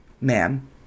ma'am